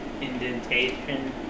indentation